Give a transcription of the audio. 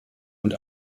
und